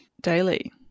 Daily